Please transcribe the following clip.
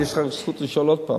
יש לך זכות לשאול עוד.